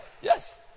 Yes